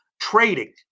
Trading